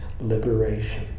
liberation